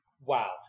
Wow